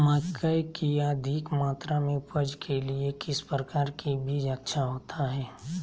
मकई की अधिक मात्रा में उपज के लिए किस प्रकार की बीज अच्छा होता है?